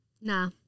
Nah